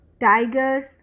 Tigers